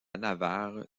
navarre